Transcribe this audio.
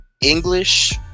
English